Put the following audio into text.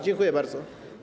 Dziękuję bardzo.